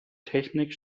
technik